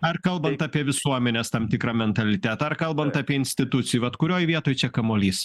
ar kalbant apie visuomenės tam tikrą mentalitetą ar kalbant apie institucijų vat kurioj vietoj čia kamuolys